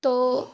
تو